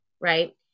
right